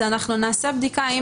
נעשה בדיקה אם